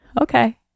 Okay